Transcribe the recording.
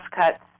cuts